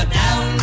down